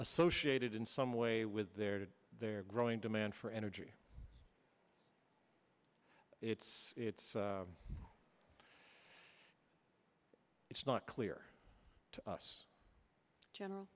associated in some way with their growing demand for energy it's it's it's not clear to us general